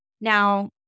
Now